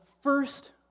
first